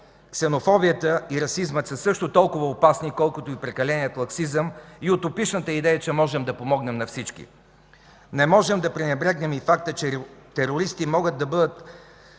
Ксенофобията и расизмът са също толкова опасни, колкото и прекаленият лаксизъм и утопичната идея, че можем да помогнем на всички. Не можем да пренебрегнем и факта, че терористи могат да бъдат